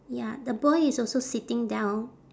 ya the boy is also sitting down